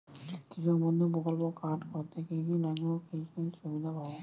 কৃষক বন্ধু প্রকল্প কার্ড করতে কি কি লাগবে ও কি সুবিধা পাব?